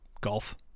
golf